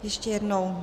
Ještě jednou.